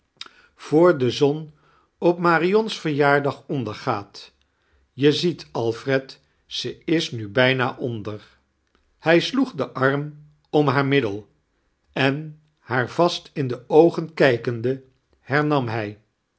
voor de zon op marion's verjaardag ondergaat je ziet alfred ze is nu bijnia onder hij sloeg den arm om haar middel en haar vast in de oogan kijkende hemam hij